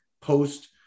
post